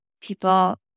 people